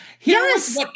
Yes